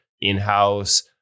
in-house